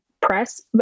press